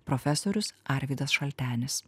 profesorius arvydas šaltenis